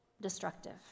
destructive